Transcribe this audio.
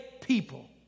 people